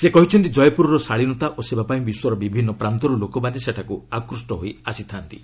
ସେ କହିଛନ୍ତି ଜୟପୁରର ଶାଳିନତା ଓ ସେବା ପାଇଁ ବିଶ୍ୱର ବିଭିନ୍ନ ପ୍ରାନ୍ତରୁ ଲୋକମାନେ ସେଠାକୁ ଆକୁଷ୍ଟ ହୋଇ ଆସିଥାନ୍ତି